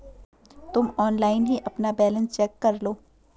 तुम ऑनलाइन ही अपना बैलन्स चेक करलो